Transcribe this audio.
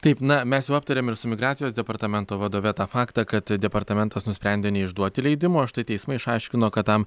taip na mes aptarėm ir su migracijos departamento vadove tą faktą kad departamentas nusprendė neišduoti leidimo o štai teismai išaiškino kad tam